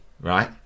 right